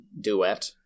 duet